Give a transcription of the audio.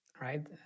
right